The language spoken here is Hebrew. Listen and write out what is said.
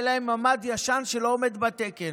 היה להם ממ"ד ישן שלא עמד בתקן.